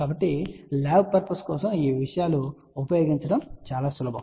కాబట్టి lab purpose కోసం ఈ విషయాలు ఉపయోగించడం చాలా సులభం